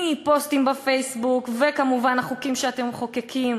מפוסטים בפייסבוק, וכמובן החוקים שאתם מחוקקים.